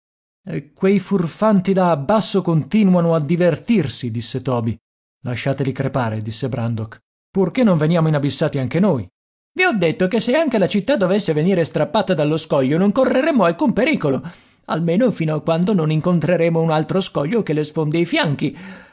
e quei furfanti là abbasso continuano a divertirsi disse toby lasciateli crepare disse brandok purché non veniamo inabissati anche noi i ho detto che se anche la città dovesse venire strappata dallo scoglio non correremmo alcun pericolo almeno fino a quando non incontreremo un altro scoglio che le sfondi i fianchi